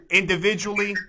individually